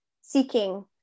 seeking